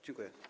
Dziękuję.